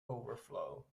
overflow